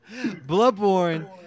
Bloodborne